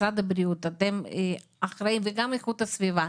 משרד הבריאות ואיכות הסביבה,